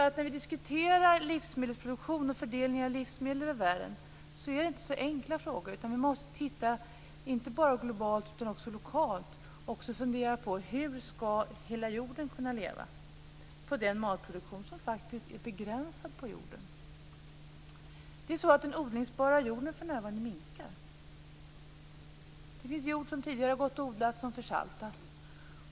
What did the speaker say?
Det här visar livsmedelsproduktionen och fördelningen av livsmedel i världen inte är så enkla frågor. Vi måste inte bara titta globalt utan också lokalt. Vi måste också fundera på hur hela jorden ska kunna leva på den matproduktion som faktiskt är begränsad på jorden. Den odlingsbara jorden minskar för närvarande. Det finns jord som tidigare har gått att odla som försaltas.